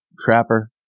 trapper